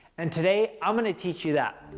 and today, i'm going to teach you that.